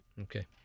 okay